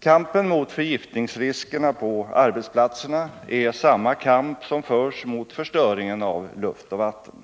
Kampen mot förgiftningsriskerna på arbetsplatserna är samma kamp som den som förs mot förstöringen av luft och vatten.